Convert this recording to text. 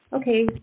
Okay